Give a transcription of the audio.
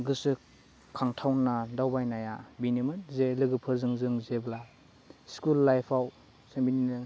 गोसो खांथावना दावबायनाया बेनोमोन जे लोगोफोरजों जों जेब्ला स्कुल लाइभआव जों बिदिनो